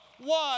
one